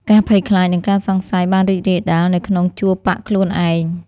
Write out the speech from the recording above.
ការភ័យខ្លាច និងការសង្ស័យបានរីករាលដាលនៅក្នុងជួរបក្សខ្លួនឯង។